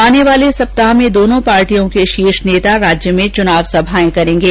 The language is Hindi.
आने वाले सप्ताह में दोनों पार्टियों के शीर्ष नेता राज्य में चुनावी सभाएं करेंगे